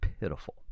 pitiful